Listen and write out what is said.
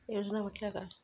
योजना म्हटल्या काय?